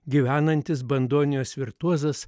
gyvenantis bandonijos virtuozas